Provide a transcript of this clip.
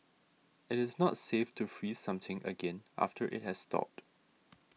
it is not safe to freeze something again after it has thawed